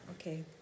Okay